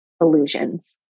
illusions